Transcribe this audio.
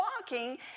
walking